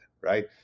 right